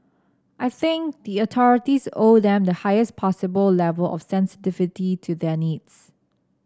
I think the authorities owe them the highest possible level of sensitivity to their needs